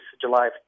July